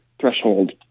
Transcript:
threshold